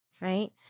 Right